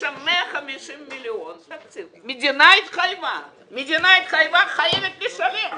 המדינה התחייבה וחייבת לשלם.